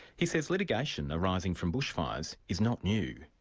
he says litigation arising from bushfires is not new.